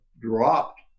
dropped